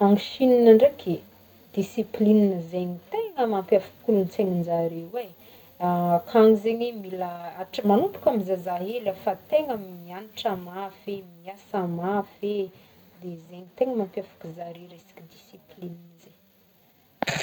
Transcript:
Any Chine ndraiky e, discipline zegny tegna mapiavaky kolontsaigninjareo e akagny zegny mila hatry- magnomboka amy zazahely efa tegna miagnatra mafy, miasa mafy e, de zegny tegna mampiavaky zare resaka discipline ze.